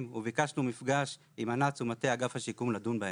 וביקשנו מפגש עם אנ"צ ומטה אגף השיקום לדון בהן.